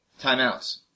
Timeouts